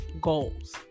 goals